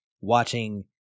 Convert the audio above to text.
watching